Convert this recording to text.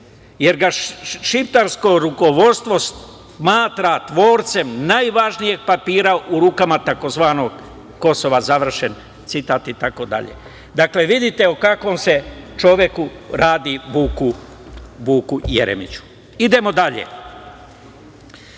jer ga šiptarsko rukovodstvo smatra tvorcem najvažnijeg papira u rukama tzv. Kosova. Završen citat itd. Dakle, vidite o kakvom se čoveku radi, Vuku Jeremiću. Idemo dalje.